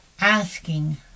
asking